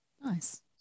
Nice